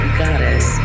goddess